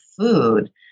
food